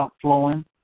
flowing